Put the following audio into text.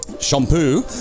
shampoo